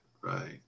Right